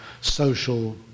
social